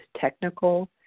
technical